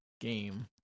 game